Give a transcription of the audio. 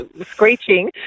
Screeching